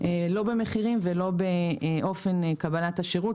לא במחירים ולא בקבלת השירות.